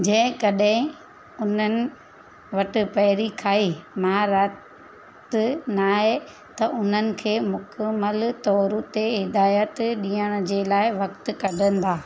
जे कॾहिं उन्हनि वटि पहिरीं खां ई महारत नाहे त उन्हनि खे मुकमलु तौरु ते हिदायत ॾियणु जे लाइ वक़्तु कढंदा